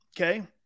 Okay